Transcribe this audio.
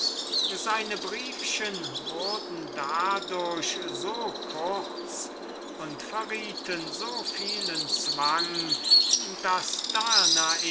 seine briefchen wurden dadurch so kurz und verrieten so vielen zwang daß danae